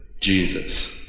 Jesus